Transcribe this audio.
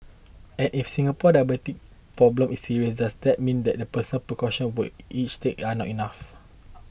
and if Singapore diabetes problem is serious does that mean that the personal precaution we each take are not enough